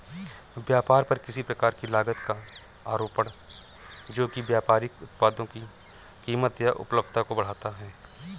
व्यापार पर किसी प्रकार की लागत का आरोपण जो कि व्यापारिक उत्पादों की कीमत या उपलब्धता को बढ़ाता है